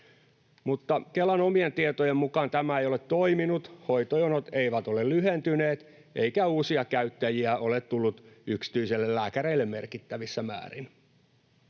mutta Kelan omien tietojen mukaan tämä ei ole toiminut. Hoitojonot eivät ole lyhentyneet, eikä uusia käyttäjiä ole tullut yksityisille lääkäreille merkittävissä määrin.